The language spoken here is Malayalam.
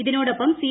ഇതിനോടൊപ്പം സി